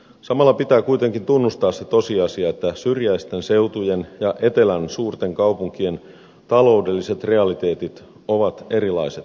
samalla pitää kuitenkin tunnustaa se tosiasia että syrjäisten seutujen ja etelän suurten kaupunkien taloudelliset realiteetit ovat erilaiset